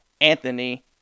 Anthony